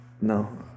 No